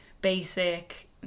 basic